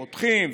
פותחים,